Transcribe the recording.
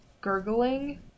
gurgling